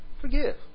Forgive